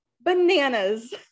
bananas